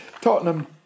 Tottenham